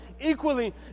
Equally